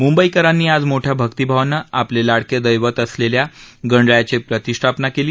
मुंबईकरांनी आज मोठ्या भक्तिभावाने आपले लाडके दैवत असलेल्या गणरायाची प्रतिष्ठापना केली